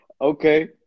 Okay